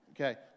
okay